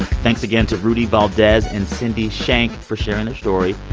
thanks again to rudy valdez and cindy shank for sharing their story.